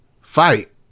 fight